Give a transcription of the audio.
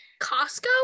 Costco